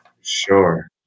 Sure